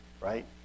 right